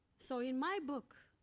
so, in my book,